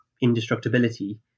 indestructibility